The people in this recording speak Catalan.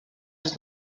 els